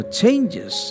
changes